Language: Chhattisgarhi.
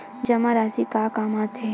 जमा राशि का काम आथे?